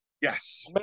Yes